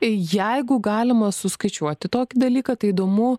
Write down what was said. jeigu galima suskaičiuoti tokį dalyką tai įdomu